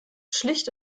schlicht